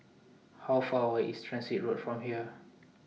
How Far away IS Transit Road from here